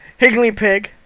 Higglypig